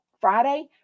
Friday